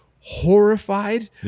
horrified